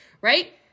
Right